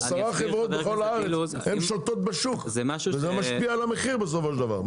10 חברות בכל הארץ הן שולטות בשוק וזה משפיע על המחיר בסופו של דבר.